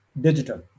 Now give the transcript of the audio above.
digital